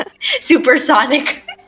Supersonic